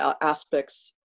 aspects